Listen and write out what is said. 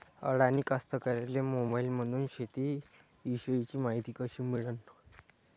अडानी कास्तकाराइले मोबाईलमंदून शेती इषयीची मायती कशी मिळन?